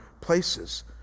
places